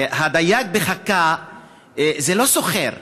הדייג בחכה הוא לא סוחר.